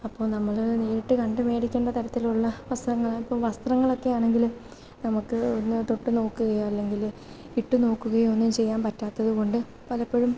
അപ്പോൾ നമ്മൾ നേരിട്ട് കണ്ട് മേടിക്കേണ്ട തരത്തിലുള്ള വസ്ത്രങ്ങൾ ഇപ്പോൾ വസ്ത്രങ്ങളൊക്കെയാണെങ്കിൽ നമുക്ക് ഒന്ന് തൊട്ട് നോക്കുകയോ അല്ലെങ്കിൽ ഇട്ട് നോക്കുകയോ ഒന്നും ചെയ്യാന് പറ്റാത്തത് കൊണ്ട് പലപ്പോഴും